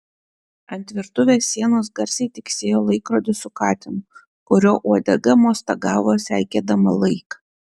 ant virtuvės sienos garsiai tiksėjo laikrodis su katinu kurio uodega mostagavo seikėdama laiką